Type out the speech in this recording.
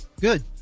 good